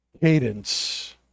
Cadence